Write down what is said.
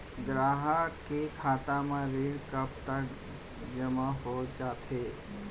ग्राहक के खाता म ऋण कब तक जेमा हो जाथे?